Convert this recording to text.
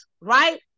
right